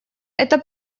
это